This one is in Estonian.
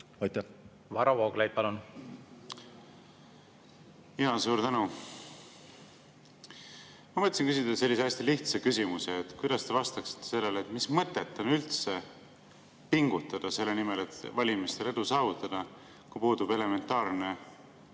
Varro Vooglaid, palun! Suur tänu! Ma mõtlesin küsida hästi lihtsa küsimuse. Kuidas te vastaksite sellele, et mis mõtet on üldse pingutada selle nimel, et valimistel edu saavutada, kui puudub elementaarne